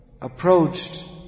approached